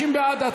30 בעד.